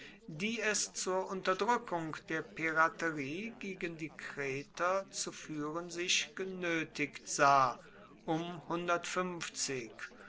die es zur unterdrückung der piraterie gegen die kreter zu führen sich genötigt sah